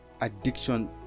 addiction